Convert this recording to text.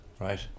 Right